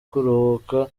kuruhuka